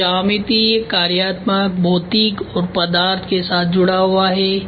यह ज्यामितीयकार्यात्मकभौतिक और पदार्थ के साथ जुड़ा हुआ है